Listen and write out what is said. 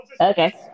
Okay